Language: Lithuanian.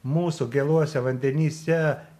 mūsų gėluose vandenyse